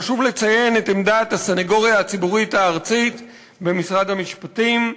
חשוב לציין את עמדת הסנגוריה הציבורית הארצית במשרד המשפטים.